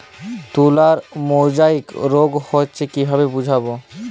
তুলার মোজাইক রোগ হয়েছে কিভাবে বুঝবো?